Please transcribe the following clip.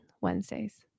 wednesdays